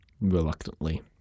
Reluctantly